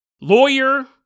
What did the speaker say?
Lawyer